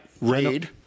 raid